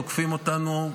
תוקפים אותנו,